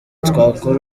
twakora